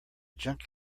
junk